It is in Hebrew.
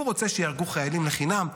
הוא רוצה שייהרגו חיילים לחינם.